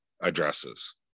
addresses